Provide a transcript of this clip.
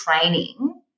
training